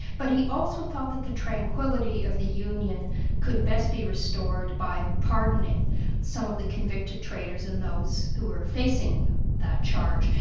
but he also thought that the tranquility of the union could best be restored by pardoning some of the convicted traitors and those who were facing that charge.